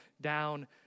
down